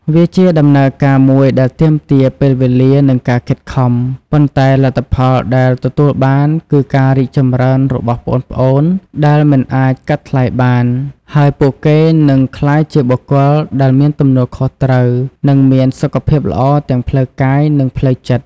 វាជាដំណើរការមួយដែលទាមទារពេលវេលា និងការខិតខំ ប៉ុន្តែលទ្ធផលដែលទទួលបានគឺការរីកចម្រើនរបស់ប្អូនៗដែលមិនអាចកាត់ថ្លៃបាន ហើយពួកគេនឹងក្លាយជាបុគ្គលដែលមានទំនួលខុសត្រូវ និងមានសុខភាពល្អទាំងផ្លូវកាយ និងផ្លូវចិត្ត។